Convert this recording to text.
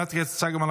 חברת הכנסת סגמן,